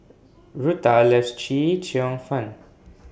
Rutha loves Chee Cheong Fun